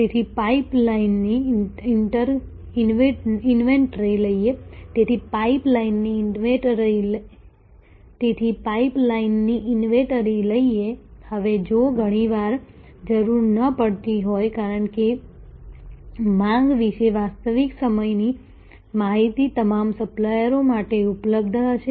તેથી પાઈપ લાઈનની ઈન્વેન્ટરી લઈએ હવે જો ઘણી વાર જરૂર ન પડતી હોય કારણ કે માંગ વિશે વાસ્તવિક સમયની માહિતી તમામ સપ્લાયરો માટે ઉપલબ્ધ હશે